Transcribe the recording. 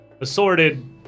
assorted